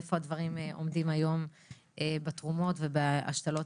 איפה הדברים עומדים היום בתרומות ובהשתלות,